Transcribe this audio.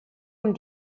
amb